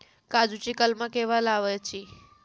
काजुची कलमा केव्हा लावची?